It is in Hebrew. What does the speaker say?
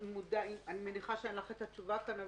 אני מניחה שאין לך את התשובה כאן,